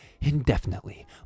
indefinitely